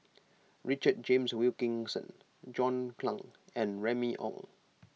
Richard James Wilkinson John Clang and Remy Ong